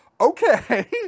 okay